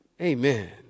Amen